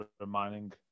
reminding